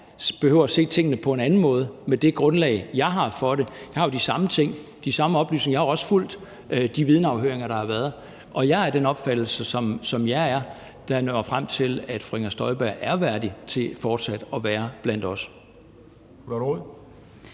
behøver at se tingene på samme måde med det grundlag, jeg har for det. Jeg har de samme oplysninger, og jeg har jo også fulgt de vidneafhøringer, der har været, og jeg er af den opfattelse, som jeg er, og jeg er nået frem til, at fru Inger Støjberg er værdig til fortsat at være blandt os.